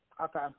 Okay